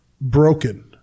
broken